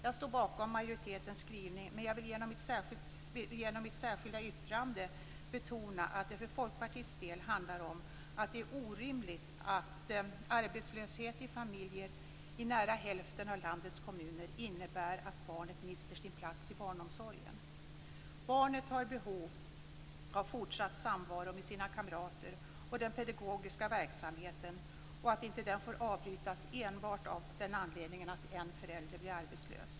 Jag står bakom majoritetens skrivning, men jag vill genom mitt särskilda yttrande betona att det för Folkpartiets del handlar om att det är orimligt att arbetslöshet i familjer i nära hälften av landets kommuner innebär att barnet mister sin plats i barnomsorgen. Barnet har behov av fortsatt samvaro med sina kamrater och av den pedagogiska verksamheten. Den får inte avbrytas enbart av den anledningen att en förälder blir arbetslös.